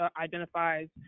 identifies